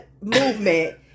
movement